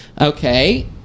Okay